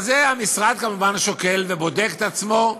אבל בזה המשרד כמובן שוקל ובודק את עצמו,